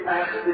ask